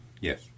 Yes